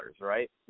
right